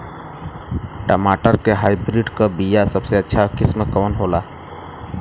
टमाटर के हाइब्रिड क बीया सबसे अच्छा किस्म कवन होला?